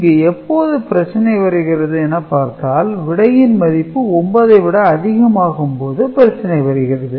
இங்கு எப்போது பிரச்சனை வருகிறது என பார்த்தால் விடையின் மதிப்பு 9 ஐ விட அதிகமாகும் போது பிரச்சனை வருகிறது